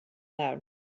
loud